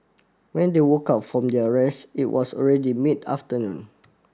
when they woke up from their rest it was already mid afternoon